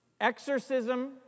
exorcism